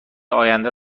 آینده